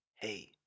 hey